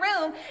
room